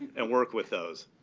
and work with those.